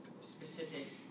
specific